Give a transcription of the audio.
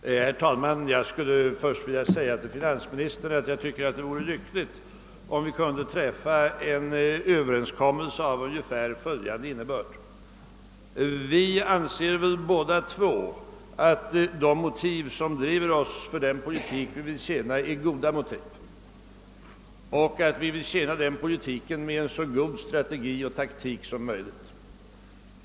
Herr talman! Jag skulle först vilja säga till finansministern att jag tycker det vore lyckligt om vi kunde träffa en överenskommelse av ungefär följande innebörd: Vi anser båda två att de motiv som driver oss att föra den politik vi vill föra är goda motiv och att vi vill tjäna den politiken med så god strategi och taktik som möjligt.